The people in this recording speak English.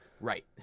Right